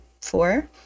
Four